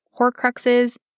horcruxes